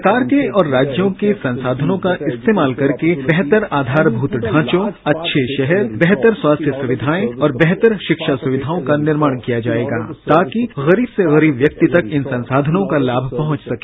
सरकार के और राज्यों के संसाधनों का इस्तेमाल करके बेहतर आधारभूत द्वांचों बेहतर शहर बेहतर स्वास्थ्य सुवधियएं और बेहतर रिक्षा सुविधाओं का निर्माण किया जाएगा ताकि गरीब गरीब से व्यक्ति तक इन संसाधनों का लाभ पहुंच सके